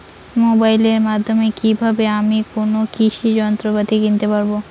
মোবাইলের মাধ্যমে কীভাবে আমি কোনো কৃষি যন্ত্রপাতি কিনতে পারবো?